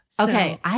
Okay